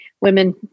Women